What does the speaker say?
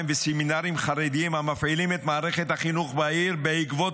וסמינרים חרדיים המפעילים את מערכת החינוך בעיר בעקבות